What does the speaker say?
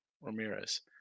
Ramirez